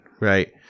Right